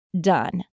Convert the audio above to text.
done